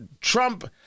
Trump